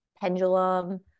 pendulum